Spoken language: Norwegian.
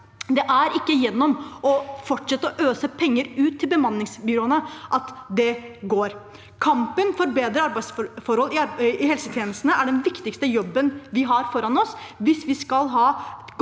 Det er ikke gjennom å fortsette å øse penger ut til bemanningsbyråene at det går. Kampen for bedre arbeidsforhold i helsetjenestene er den viktigste jobben vi har foran oss, hvis vi skal ha